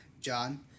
John